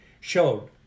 showed